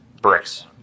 Bricks